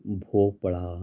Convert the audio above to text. भोपळा